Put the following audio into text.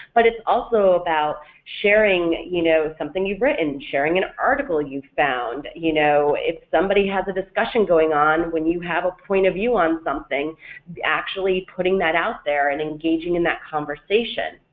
but it's also about sharing you know something you've written, sharing an article you found, you know if somebody has a discussion going on when you have a point of view on something actually putting that out there and engaging in that conversation.